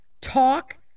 talk